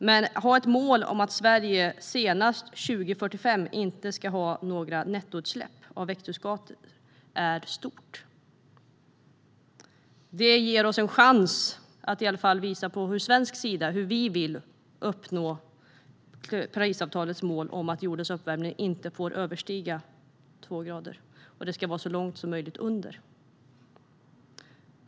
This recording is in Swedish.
Men att ha målet att Sverige senast 2045 inte ska ha några nettoutsläpp av växthusgaser är stort. Detta ger oss en chans att i alla fall visa hur vi från svensk sida vill uppnå Parisavtalets mål om att jordens uppvärmning inte får överstiga två grader och ska vara så långt som möjligt under.